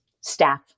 Staff